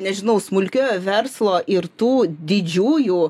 nežinau smulkiojo verslo ir tų didžiųjų